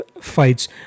fights